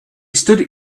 stood